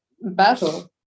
battle